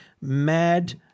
mad